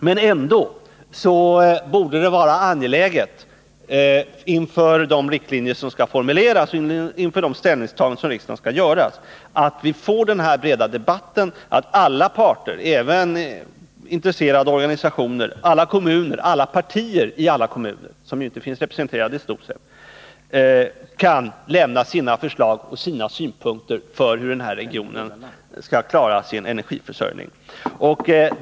Men ändå borde det vara angeläget, inför formulerandet av riktlinjerna och inför de ställningstaganden som riksdagen skall göra, att vi får denna breda debatt och att alla parter — även intresserade organisationer, alla kommuner, alla partier i alla kommuner, som ju i stor utsträckning inte finns representerade — kan lämna sina förslag till och synpunkter på hur regionen skall klara sin energiförsörjning.